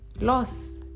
loss